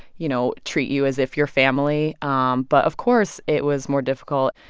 you know, treat you as if you're family. um but of course it was more difficult.